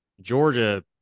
Georgia